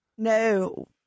No